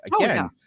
again